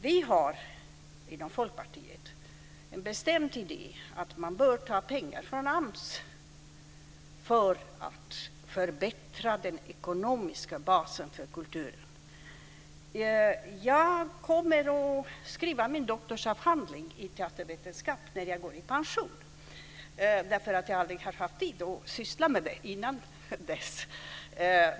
Vi har inom Folkpartiet en bestämd idé om att man bör ta pengar från AMS för att förbättra den ekonomiska basen för kulturen. Jag kommer att skriva min doktorsavhandling i teatervetenskap när jag går i pension, därför att jag aldrig har tid att syssla med det innan dess.